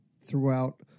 throughout